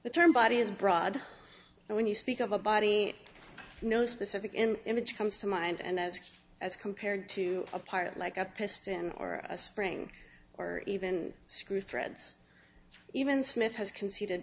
the term body is broad when you speak of a body no specific in image comes to mind and as as compared to a part like a piston or a spring or even screw threads even smith has conceded